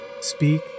speak